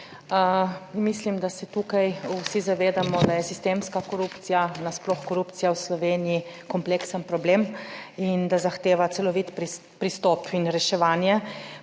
Mislim, da se tukaj vsi zavedamo, da je sistemska korupcija, nasploh korupcija v Sloveniji, kompleksen problem in da zahteva celovit pristop in reševanje.